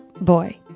boy